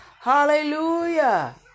Hallelujah